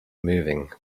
moving